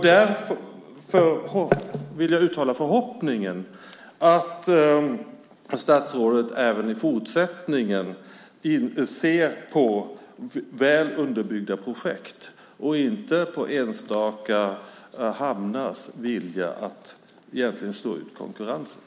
Därför vill jag uttala förhoppningen att statsrådet även i fortsättningen ser på väl underbyggda projekt och inte på enstaka hamnars vilja att egentligen slå ut konkurrensen.